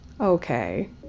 Okay